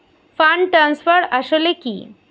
Fund transfer আসলে কী?